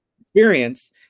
experience